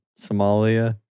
Somalia